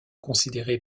considéré